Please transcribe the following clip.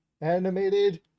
animated